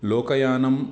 लोकयानम्